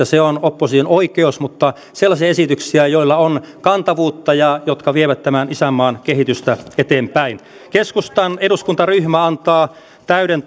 se on opposition oikeus mutta toivoisin sellaisia esityksiä joilla on kantavuutta ja jotka vievät tämän isänmaan kehitystä eteenpäin keskustan eduskuntaryhmä antaa täyden